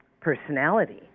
personality